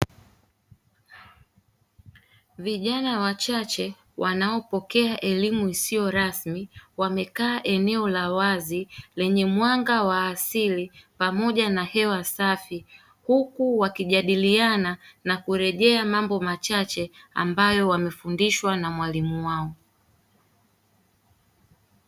Vijana wachache wanaopokea elimu isiyo rasmi, wamekaa eneo la wazi lenye mwanga wa asili pamoja na hewa safi. Huku wakijadiliana na kurejea mambo machache ambayo wamefundishwa na mwalimu wao.